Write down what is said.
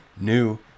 new